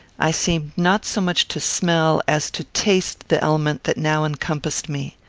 i seemed not so much to smell as to taste the element that now encompassed me.